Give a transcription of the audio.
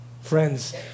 Friends